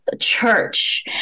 church